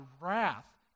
wrath